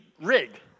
rig